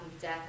death